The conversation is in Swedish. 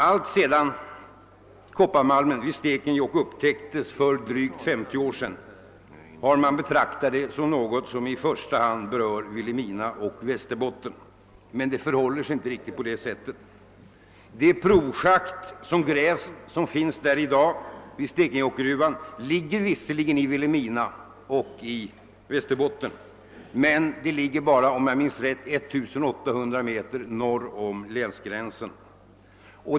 Ailtsedan kopparmalmen vid Stekenjokk upptäcktes för drygt 50 år sedan har man betraktat det som något som i första hand berör Vilhelmina och Västerbotten. Men det förhåller sig inte riktigt på det sättet. Det provschakt som grävts och som finns där i dag vid Stekenjokkgruvan ligger visserligen i Vilhelmina och i Västerbotten, men det ligger bara, om jag minns rätt, 1800 meter norr om länsgränsen.